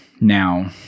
Now